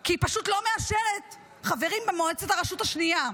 כי היא פשוט לא מאשרת חברים במועצת הרשות השנייה.